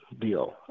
deal